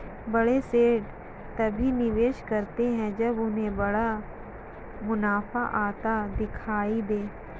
बड़े सेठ तभी निवेश करते हैं जब उन्हें बड़ा मुनाफा आता दिखाई दे